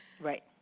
Right